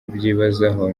kubyibazaho